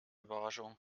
überraschung